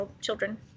children